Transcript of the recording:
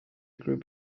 group